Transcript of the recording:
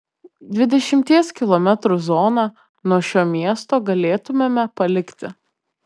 dvidešimties kilometrų zoną nuo šio miesto galėtumėme palikti